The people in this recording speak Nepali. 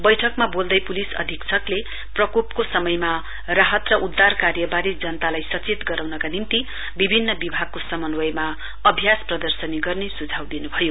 बैठकमा बोल्दै पुलिस अधिक्षकले प्रकोपको समयमा राहत र उद्दार कार्यबारे जनतालाई सचेत गराउनका निम्ति विभिन्न विभागको समन्वयमा अभ्यास प्रदर्शनी गर्ने सुझाउ दिनुभयो